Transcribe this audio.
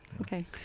Okay